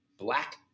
Black